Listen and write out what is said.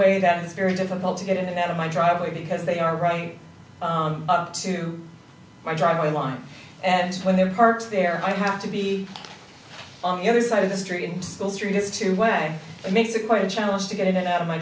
way that it's very difficult to get in and out of my driveway because they are right up to my driveway line and when they're parked there i have to be on the other side of history in schools through this two way it makes it quite a challenge to get it out of my